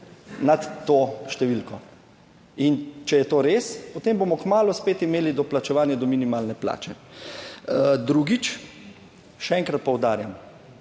nad to številko in če je to res, potem bomo kmalu spet imeli doplačevanje do minimalne plače. Drugič, še enkrat poudarjam.